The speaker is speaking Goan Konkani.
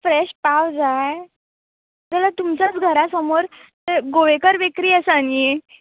फ्रॅश पाव जाय जाल्यार तुमच्याच घरा समोर गोवेकर बेकरी आसा न्ही